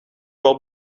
wel